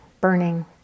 burning